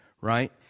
right